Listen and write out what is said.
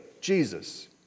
Jesus